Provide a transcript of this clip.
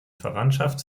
verwandtschaft